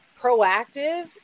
proactive